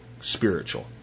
spiritual